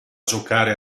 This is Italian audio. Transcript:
giocare